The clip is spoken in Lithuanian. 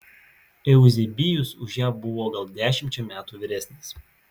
euzebijus už ją buvo gal dešimčia metų vyresnis